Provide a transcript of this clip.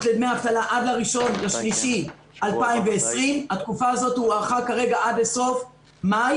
לדמי אבטלה עד 1 במרץ 2020. התקופה הזאת הוארכה כרגע עד לסוף חודש